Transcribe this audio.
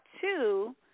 two